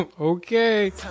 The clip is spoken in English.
Okay